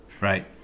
right